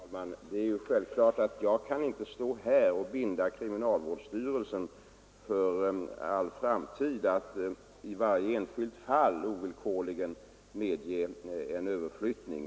Fru talman! Det är självklart att jag inte här kan binda kriminalvårdsstyrelsen för all framtid och deklarera att den i varje enskilt fall ovillkorligen skall medge en överflyttning.